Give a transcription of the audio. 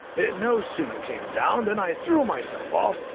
it no sooner came down than i threw myself off,